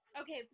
Okay